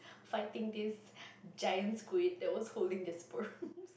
fighting this giant squid that was holding their sperms